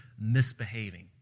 misbehaving